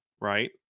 Right